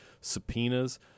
subpoenas